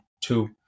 two